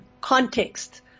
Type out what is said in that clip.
context